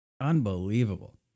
Unbelievable